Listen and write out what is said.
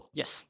yes